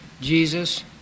Jesus